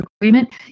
agreement